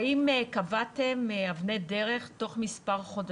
היא עוסקת בהכשרות בעיקר באקדמיה במועצה להשכלה